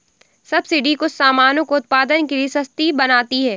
subsidy कुछ सामानों को उत्पादन के लिए सस्ती बनाती है